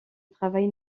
travaille